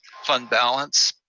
fund balance.